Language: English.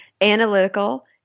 analytical